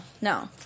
No